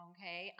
Okay